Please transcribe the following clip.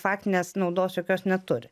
faktinės naudos jokios neturi